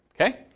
Okay